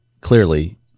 clearly